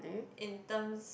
in terms